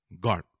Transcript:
God